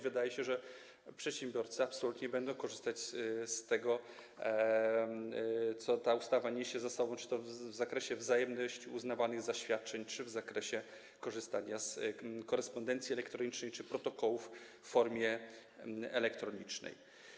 Wydaje się, że przedsiębiorcy absolutnie będą korzystać z tego, co ta ustawa za sobą niesie w zakresie wzajemności uznawanych zaświadczeń, korzystania z korespondencji elektronicznej czy protokołów w formie elektronicznej.